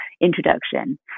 introduction